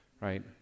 right